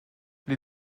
les